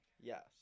Yes